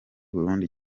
burundi